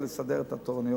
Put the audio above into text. לסדר את התורנויות.